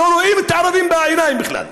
ולא רואים את הערבים בעיניים בכלל.